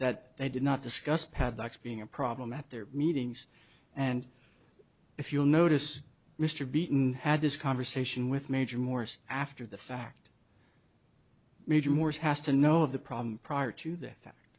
that they did not discuss padlocks being a problem at their meetings and if you'll notice mr beaton had this conversation with major morris after the fact major morris has to know of the problem prior to that